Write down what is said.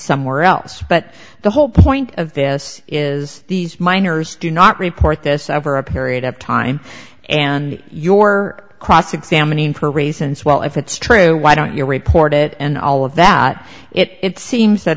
somewhere else but the whole point of this is these miners do not report this over a period of time and your cross examining for reasons well if it's true why don't you report it and all of that it seems that